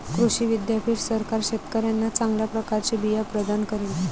कृषी विद्यापीठ सरकार शेतकऱ्यांना चांगल्या प्रकारचे बिया प्रदान करेल